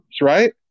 right